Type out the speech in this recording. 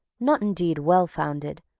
not indeed well founded,